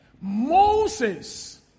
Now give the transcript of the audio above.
Moses